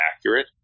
accurate